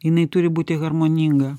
jinai turi būti harmoninga